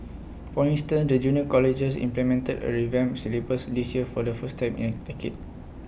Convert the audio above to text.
for instance the junior colleges implemented A revamped syllabus this year for the first time in A decade